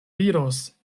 diros